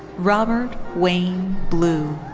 robert wayne blew.